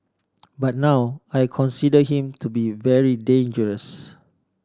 but now I consider him to be very dangerous